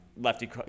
Lefty